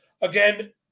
again